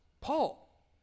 Paul